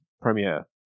premiere